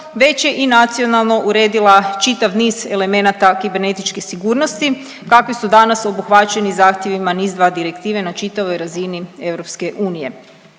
već je i nacionalno uredila čitav niz elemenata kibernetičke sigurnosti kakvi su danas obuhvaćeni zahtjevima NIS 2 direktive na čitavoj razini EU.